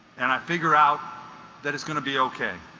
and i figure out that it's gonna be okay